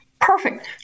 Perfect